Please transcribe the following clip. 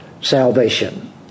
salvation